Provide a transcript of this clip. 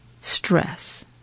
stress